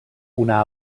una